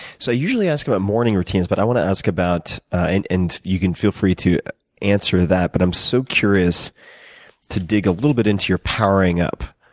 so i usually ask about morning routines but i want to ask about and and you can feel free to answer that but i'm so curious to dig a little bit into your powering up.